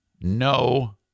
No